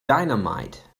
dynamite